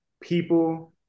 people